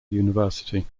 university